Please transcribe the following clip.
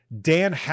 Dan